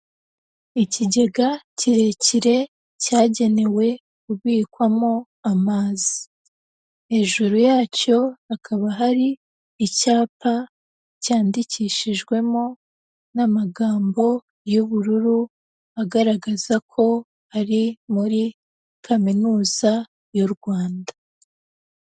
Ikigega kirekire cyagenewe kubikwamo amazi. Hejuru yacyo hakaba hari icyapa cyandikishijwemo n'amagambo y'ubururu, agaragaza ko ari muri Kaminuza y'u Rwanda.